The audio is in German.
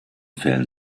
fällen